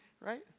Right